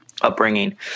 upbringing